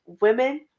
women